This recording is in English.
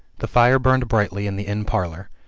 the fire burned brightly in the inn parlor.